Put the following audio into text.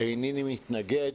אינני מתנגד,